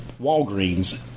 Walgreens